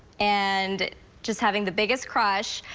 and just having the biggest crush,